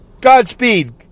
godspeed